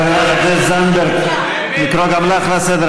חברת הכנסת זנדברג, לקרוא גם אותך לסדר?